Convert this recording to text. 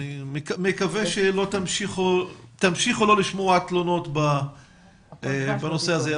אני מקווה שתמשיכו לא לשמוע תלונות בנושא הזה.